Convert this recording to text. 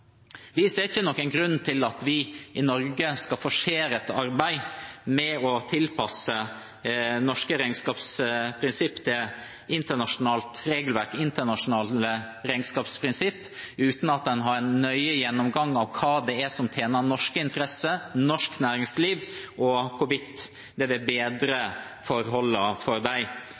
Vi ser ingen grunn til at vi i Norge skal forsere et arbeid med å tilpasse norske regnskapsprinsipp til internasjonalt regelverk og internasjonale regnskapsprinsipp uten en nøye gjennomgang av hva som tjener norske interesser, norsk næringsliv, og hvorvidt det vil bedre forholdene for dem.